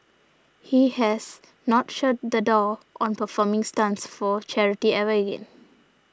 he has not shut the door on performing stunts for charity ever again